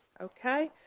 okay,